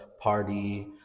party